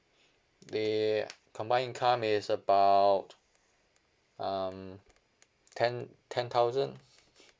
the combined income is about um ten ten thousand